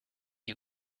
you